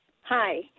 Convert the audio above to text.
Hi